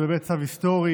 זה באמת צו היסטורי,